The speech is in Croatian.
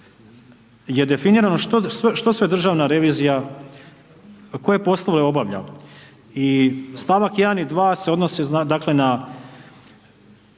je definirano što sve Državna revizija, koje poslove obavlja i stavak 1. i 2. se odnosi dakle